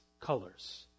colors